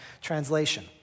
translation